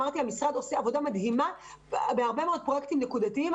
אמרתי: המשרד עושה עבודה מדהימה בהרבה מאוד פרויקטים נקודתיים,